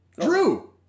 Drew